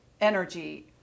energy